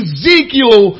Ezekiel